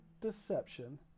deception